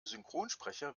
synchronsprecher